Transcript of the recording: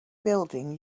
building